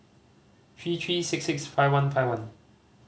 three three six six five one five one